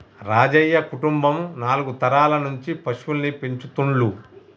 రాజయ్య కుటుంబం నాలుగు తరాల నుంచి పశువుల్ని పెంచుతుండ్లు